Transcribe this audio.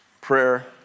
Prayer